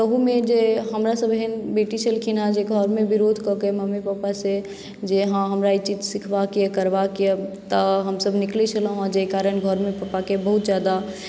ताहुमे जे हमरा सभ एहन बेटी छलखिन हँ जे घरमे विरोध कऽ के मम्मी पापा से जे हँ हमरा ई चीज सिखबाके करबाके तऽ हमसभ निकलै छलहुँ हँ जाहि कारण घरमे पापाकेँ बहुत जादा